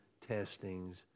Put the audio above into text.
testings